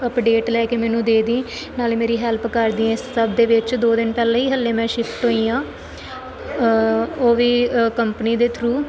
update ਲੈ ਕੇ ਮੈਨੂੰ ਦੇ ਦਈ ਨਾਲੇ ਮੇਰੀ ਹੈਲਪ ਕਰਦੀ ਇਸ ਸਭ ਦੇ ਵਿੱਚ ਦੋ ਦਿਨ ਪਹਿਲਾਂ ਹੀ ਹਲੇ ਮੈਂ ਸ਼ਿਫਟ ਹੋਈ ਹਾਂ ਉਹ ਵੀ ਕੰਪਨੀ ਦੇ ਥਰੂ